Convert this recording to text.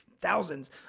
thousands